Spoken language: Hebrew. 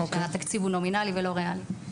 שהתקציב הוא נומינלי ולא ריאלי.